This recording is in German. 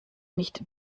nicht